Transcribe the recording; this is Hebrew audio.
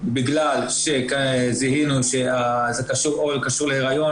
בגלל שזיהינו שזה או קשור להיריון,